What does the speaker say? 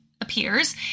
appears